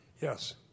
yes